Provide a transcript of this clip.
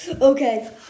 Okay